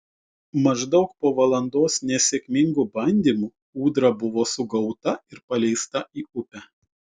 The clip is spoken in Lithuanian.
maždaug po valandos nesėkmingų bandymų ūdra buvo sugauta ir paleista į upę